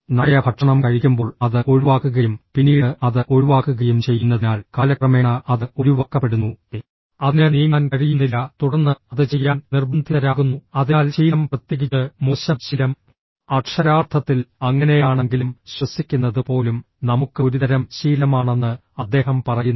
നായ ഭക്ഷണം കഴിക്കുമ്പോൾ അത് ഒഴിവാക്കുകയും പിന്നീട് അത് ഒഴിവാക്കുകയും ചെയ്യുന്നതിനാൽ കാലക്രമേണ അത് ഒഴിവാക്കപ്പെടുന്നു അതിന് നീങ്ങാൻ കഴിയുന്നില്ല തുടർന്ന് അത് ചെയ്യാൻ നിർബന്ധിതരാകുന്നു അതിനാൽ ശീലം പ്രത്യേകിച്ച് മോശം ശീലം അക്ഷരാർത്ഥത്തിൽ അങ്ങനെയാണെങ്കിലും ശ്വസിക്കുന്നത് പോലും നമുക്ക് ഒരുതരം ശീലമാണെന്ന് അദ്ദേഹം പറയുന്നു